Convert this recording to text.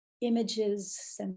images